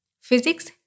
physics